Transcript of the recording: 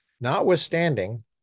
Notwithstanding